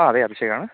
ആ അതെ അഭിഷേകാണ്